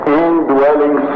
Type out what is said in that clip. indwelling